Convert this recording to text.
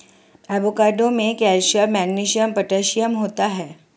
avocado में calcium magnesium potassium होता है